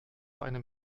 einem